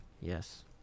Yes